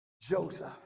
Joseph